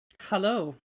Hello